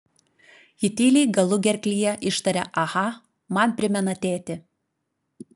ji tyliai galugerklyje ištaria aha man primena tėtį